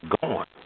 Gone